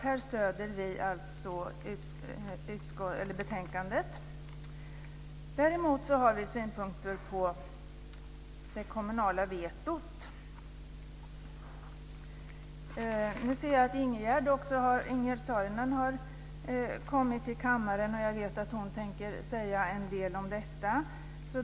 Här stöder vi alltså betänkandet. Däremot har vi synpunkter på det kommunala vetot. Jag ser att också Ingegerd Saarinen nu har kommit till kammaren. Jag vet att hon tänker säga en del om detta.